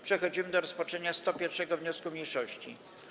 Przechodzimy do rozpatrzenia 101. wniosku mniejszości.